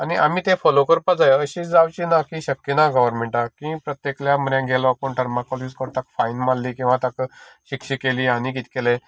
आनी आमी तें फोलो करपाक जाय अशी जावची ना की शक्य ना गव्हरमेंटाक की प्रत्येका फुडल्यान गेलो कोण थरमाकोल यूज करता फायन मारली किंवा ताका शिक्षा केली आनी कितें केली तें